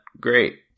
great